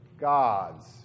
gods